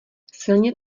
silně